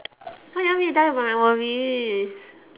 why you want me to tell you my worries